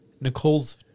Nicole's